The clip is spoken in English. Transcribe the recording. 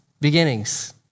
beginnings